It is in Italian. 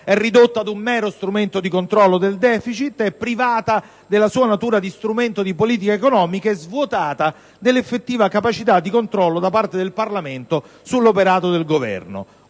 è ridotta ad un mero strumento di controllo del deficit, è privata della sua natura di strumento di politica economica e svuotata dell'effettiva capacità di controllo da parte del Parlamento sull'operato del Governo.